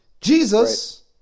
Jesus